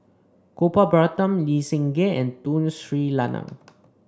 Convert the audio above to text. Gopal Baratham Lee Seng Gee and Tun Sri Lanang